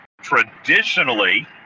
Traditionally